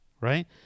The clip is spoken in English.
right